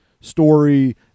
story